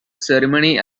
ceremony